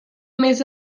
més